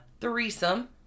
threesome